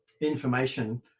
information